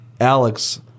Alex